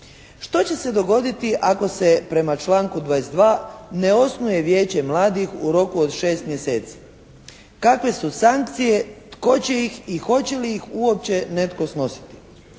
što će se dogoditi ako se prema članku 22. ne osnuje vijeće mladih u roku od 6 mjeseci? Kakve su sankcije, tko će ih i hoće li ih uopće netko snositi?